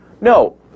No